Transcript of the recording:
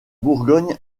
bourgogne